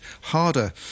harder